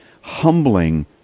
humbling